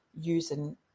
using